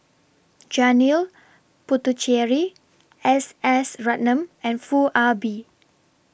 Janil Puthucheary S S Ratnam and Foo Ah Bee